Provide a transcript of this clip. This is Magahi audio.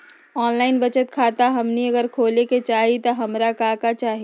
ऑनलाइन बचत खाता हमनी अगर खोले के चाहि त हमरा का का चाहि?